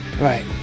Right